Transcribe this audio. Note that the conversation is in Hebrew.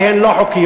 כי הן לא חוקיות.